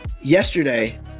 yesterday